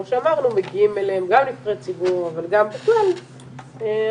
שאמרנו מגיעים אליהם גם נבחרי ציבור אבל גם בכלל הרבה